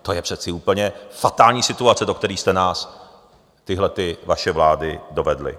To je přece úplně fatální situace, do které jste nás, tyhle vaše vlády, dovedli.